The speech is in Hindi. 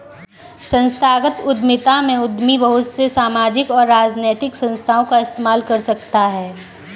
संस्थागत उद्यमिता में उद्यमी बहुत से सामाजिक और राजनैतिक संस्थाओं का इस्तेमाल कर सकता है